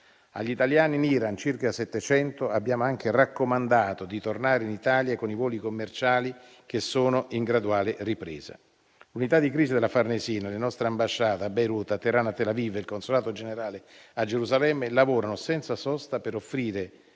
Agli italiani in Iran, circa 700, abbiamo anche raccomandato di tornare in Italia con i voli commerciali che sono in graduale ripresa. L'unità di crisi della Farnesina e le nostre ambasciate a Beirut, a Teheran e a Tel Aviv e il consolato generale a Gerusalemme lavorano senza sosta per offrire